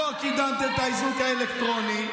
לא קידמתם את האיזוק האלקטרוני,